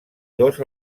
dos